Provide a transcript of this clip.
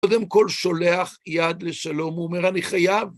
קודם כל, שולח יד לשלום, הוא אומר, אני חייב.